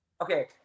okay